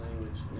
language